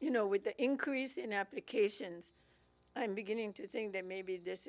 you know with the increase in applications i'm beginning to think that maybe this